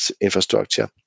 infrastructure